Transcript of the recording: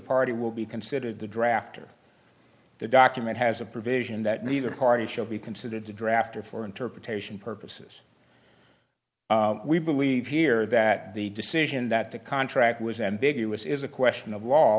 party will be considered the draft or the document has a provision that neither party shall be considered to draft or for interpretation purposes we believe here that the decision that the contract was ambiguous is a question of law